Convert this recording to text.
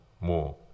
more